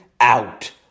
out